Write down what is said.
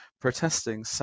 protesting